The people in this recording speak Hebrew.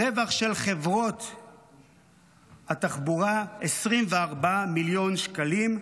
הרווח של חברות התחבורה, 24 מיליון שקלים.